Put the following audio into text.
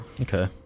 okay